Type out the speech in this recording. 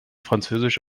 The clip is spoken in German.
französisch